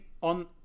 on